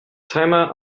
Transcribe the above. timer